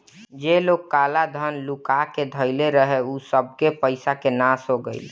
जे लोग काला धन लुकुआ के धइले रहे उ सबके पईसा के नाश हो गईल